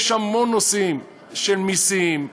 יש המון נושאים, של מסים,